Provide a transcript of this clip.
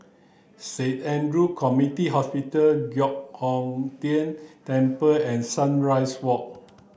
Saint Andrew Community Hospital Giok Hong Tian Temple and Sunrise Walk